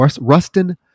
Rustin